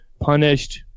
punished